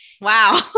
Wow